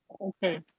okay